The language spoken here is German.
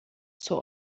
zur